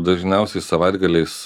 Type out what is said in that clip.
dažniausiai savaitgaliais